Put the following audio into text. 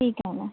ठीक आहे ना